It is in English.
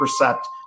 Percept